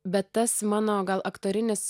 bet tas mano gal aktorinis